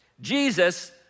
Jesus